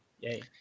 Yay